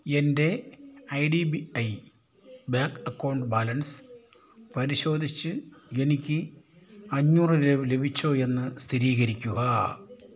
എൻ്റെ I D B I bank account balance പരിശോധിച്ച് എനിക്ക് അഞ്ഞൂറ് രൂപ ലഭിച്ചോ എന്ന് സ്ഥിതീകരിക്കുക